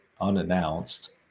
unannounced